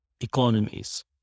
economies